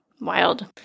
Wild